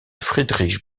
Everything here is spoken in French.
friedrich